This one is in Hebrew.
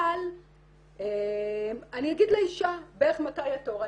אבל אני אגיד לאישה בערך מתי התור.